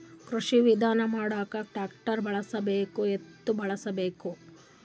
ಕೃಷಿ ವಿಧಾನ ಮಾಡಾಕ ಟ್ಟ್ರ್ಯಾಕ್ಟರ್ ಬಳಸಬೇಕ, ಎತ್ತು ಬಳಸಬೇಕ?